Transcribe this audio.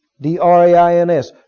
D-R-A-I-N-S